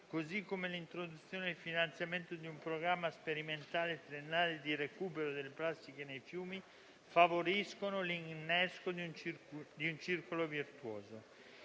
così come l'introduzione del finanziamento di un programma sperimentale triennale di recupero delle plastiche nei fiumi, favoriscono l'innesco di un circolo virtuoso.